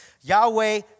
Yahweh